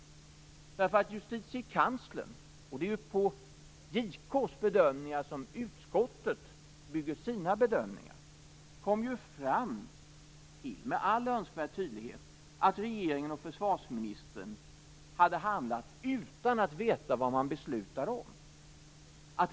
Det är ju på JK:s bedömningar som utskottet bygger sina bedömningar. Justitiekanslern kom ju med all önskvärd tydlighet fram till att regeringen och försvarsministern hade handlat utan att veta vad man beslutade om.